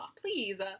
Please